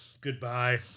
Goodbye